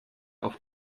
auf